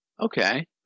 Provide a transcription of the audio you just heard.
Okay